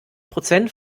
prozent